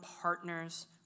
partners